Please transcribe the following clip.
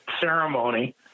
ceremony